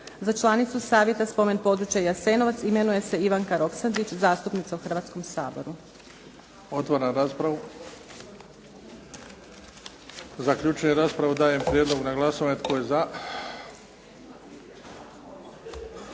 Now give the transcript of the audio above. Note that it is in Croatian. Za članicu Savjeta Spomen područja "Jasenovac" imenuje se Ivanka Roksandić zastupnica u Hrvatskom saboru. **Bebić, Luka (HDZ)** Otvaram raspravu. Zaključujem raspravu. Dajem prijedlog na glasovanje. Tko je za?